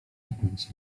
tupiąc